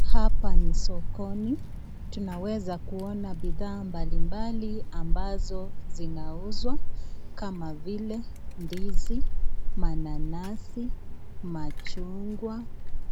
Hapa ni sokoni, tunaweza kuona bidhaa mbalimbali ambazo zinauzwa kama vile ndizi, mananasi, machungwa